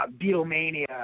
Beatlemania